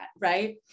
right